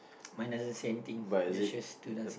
mine doesn't say anything just shows two dancing